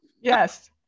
Yes